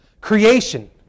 Creation